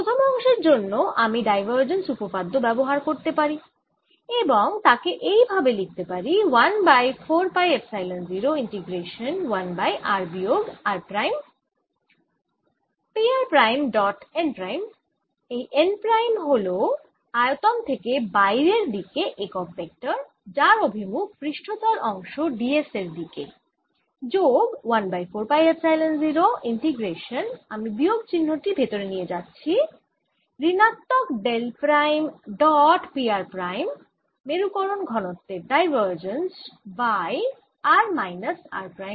প্রথম অংশের জন্য আমি ডাইভারজেন্স উপপাদ্য ব্যাবহার করতে পারি এবং তাকে এই ভাবে লিখতে পারি 1 by 4 pi epsilon 0 integration 1 by r বিয়োগ r prime P r prime dot n prime এই n প্রাইম হল আয়তন থেকে বাইরের দিকে একক ভেক্টর যার অভিমুখ পৃষ্ঠতল অংশ d s এর দিকে যোগ 1 বাই 4 পাই এপসাইলন 0 ইন্টিগ্রেশান আমি বিয়োগ চিহ্নটি ভেতরে নিয়ে যাচ্ছি ঋণাত্মক del prime dot P r prime মেরুকরণ ঘনত্বের divergence by r minus r prime গুণ d v প্রাইম